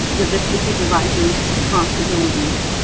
the vista supervisor's responsibilities.